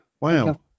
wow